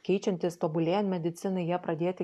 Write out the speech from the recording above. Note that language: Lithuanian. keičiantis tobulėjant medicinai jie pradėti